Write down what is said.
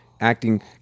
acting